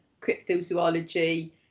cryptozoology